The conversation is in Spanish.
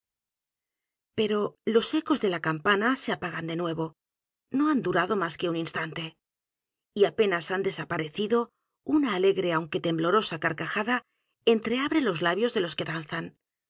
pero los ecos de la campana se apagan de nuevo no han durado más que un instante y apenas han desaparecido una alegre aunque temblorosa carcajada entreabre los labios de los que danzan